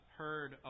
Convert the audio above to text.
heard